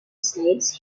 states